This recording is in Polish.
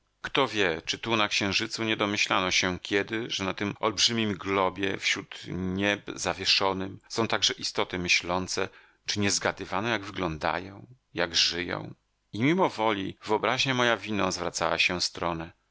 kto wie czy tu na księżycu nie domyślano się kiedy że na tym olbrzymim globie wśród nieb zawieszonym są także istoty myślące czy nie zgadywano jak wyglądają jak żyją i mimowoli wyobraźnia moja w inną zwracała się stronę